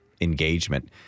engagement